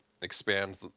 expand